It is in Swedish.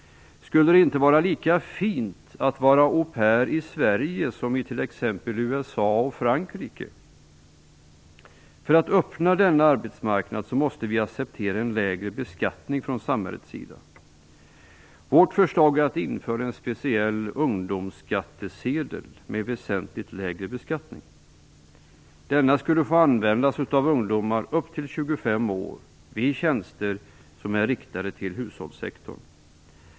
Skulle det inte var lika fint att vara aupair i Sverige som i t.ex. USA och Frankrike. För att öppna denna arbetsmarknad måste vi acceptera en lägre beskattning från samhällets sida. Vårt förslag är att införa en speciell ungdomsskattesedel med väsentligt lägre beskattning. Denna skulle få användas av ungdomar upp till 25 år vid tjänster som är riktade till hushållssektorn.